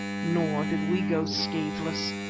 nor did we go scathless.